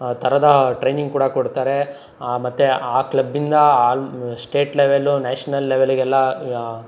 ಥರದ ಟ್ರೈನಿಂಗ್ ಕೂಡ ಕೊಡ್ತಾರೆ ಮತ್ತು ಆ ಕ್ಲಬ್ಬಿಂದ ಆಲ್ ಸ್ಟೇಟ್ ಲೆವೆಲ್ಲು ನ್ಯಾಷ್ನಲ್ ಲೆವೆಲಿಗೆಲ್ಲ